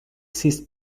ceased